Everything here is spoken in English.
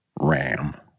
ram